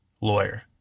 lawyer